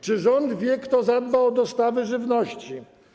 Czy rząd wie, kto zadba o dostawy żywności?